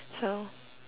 so